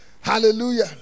Hallelujah